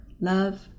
love